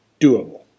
doable